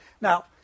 now